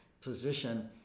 position